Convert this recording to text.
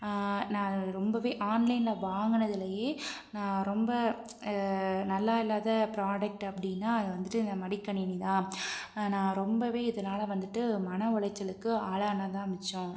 நான் ரொம்பவே ஆன்லைனில் வாங்கினதுலையே நான் ரொம்ப நல்லா இல்லாத ப்ராடெக்ட் அப்படின்னா அது வந்துட்டு இந்த மடிக்கணினி தான் நான் ரொம்பவே இதனால் வந்துட்டு மன உளச்சலுக்கு ஆளானது தான் மிச்சம்